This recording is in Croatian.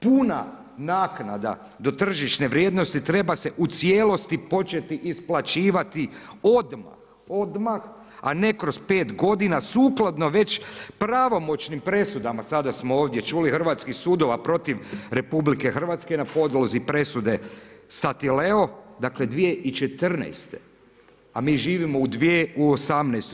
Puna naknada do tržišne vrijednosti treba se u cijelosti početi isplaćivati odmah, a ne kroz 5 godina sukladno već pravomoćnim presudama, sada smo ovdje čuli, hrvatskih sudova protiv RH na podlozi presude Statileo, dakle 2014., a mi živimo u 2018.